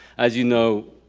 as you know,